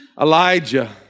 Elijah